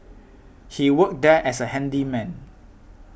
he worked there as a handyman